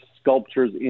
sculptures